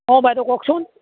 অঁ বাইদেউ কওকচোন